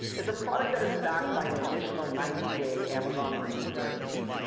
is a product that is backed by an additional ninety day amazon renewed guarantee.